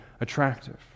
attractive